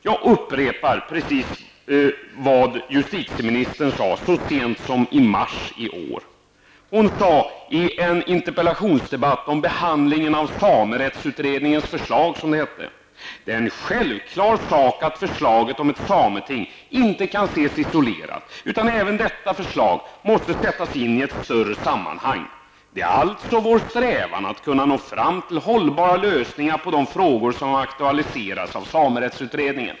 Jag upprepar precis vad justitieministern sade så sent som i mars i år. Hon sade följande i en interpellationsdebatt om behandlingen av samerättsutredningens förslag. ''Det är en självklar sak att förslaget om ett sameting inte kan ses isolerat utan även detta förslag måste sättas in i ett större sammanhang. Det är alltså vår strävan att kunna nå fram till hållbara lösningar på de frågor som aktualiseras av samerättsutredningen --.''